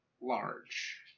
large